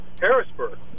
Harrisburg